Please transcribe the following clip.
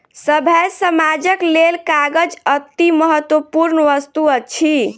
सभ्य समाजक लेल कागज अतिमहत्वपूर्ण वस्तु अछि